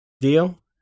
Deal